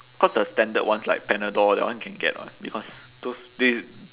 cause the standard ones like panadol that one you can get [what] because those this